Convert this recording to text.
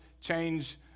change